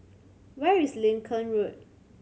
where is Lincoln Road